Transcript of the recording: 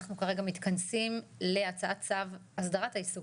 אנחנו כרגע מתכנסים להצעת צו הסדרת העיסוק